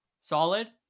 solid